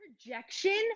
projection